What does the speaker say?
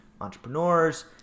Entrepreneurs